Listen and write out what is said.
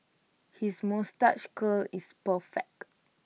his moustache curl is perfect